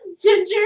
Ginger